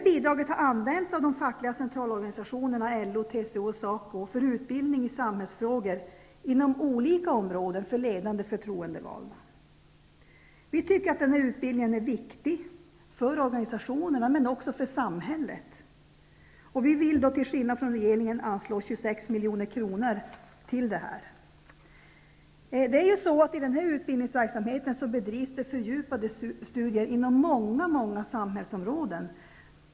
Bidraget har använts av de fackliga centralorganisationerna LO, TCO och SACO för utbildning i samhällsfrågor inom olika områden för ledande förtroendevalda. Vi tycker att denna utbildning är viktig för organisationerna men också för samhället. Vi vill, till skillnad från regeringen, anslå 26 milj.kr. till detta. I denna utbildningsverksamhet bedrivs fördjupade studier inom många samhällsområden.